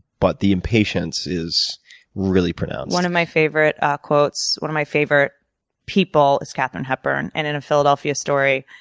but the impatience is really pronounced. one of my favorite ah quotes, one of my favorite people is katherine hepburn. and in philadelphia story,